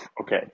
Okay